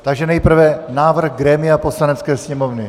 Takže nejprve návrh grémia Poslanecké sněmovny.